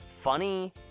funny